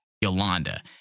Yolanda